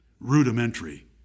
rudimentary